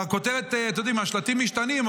השלטים משתנים,